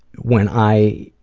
when i.